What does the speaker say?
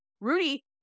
Rudy